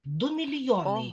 du milijonai